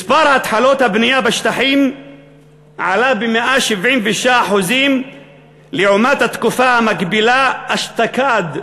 מספר התחלות הבנייה בשטחים עלה ב-176% לעומת התקופה המקבילה אשתקד",